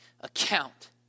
account